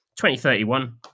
2031